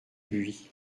buis